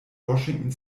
washington